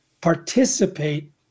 participate